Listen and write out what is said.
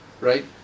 right